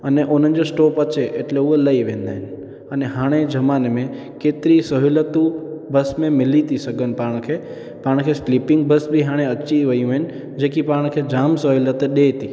अने हुनजो स्टॉप अचे एटले उहे लही वेंदा आहिनि अने हाणे जे ज़माने में केतिरी सहूलियतूं बस में मिली थी सघनि पाण खे पाण खे स्लीपिंग बस भी हाणे अची वेयूं आहिनि जेकी पाण खे जाम सहूलियत ॾे थी